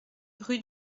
rue